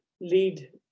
lead